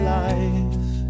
life